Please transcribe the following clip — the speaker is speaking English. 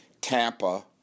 Tampa